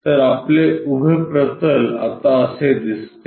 तर आपले उभे प्रतल आता असे दिसते